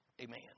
Amen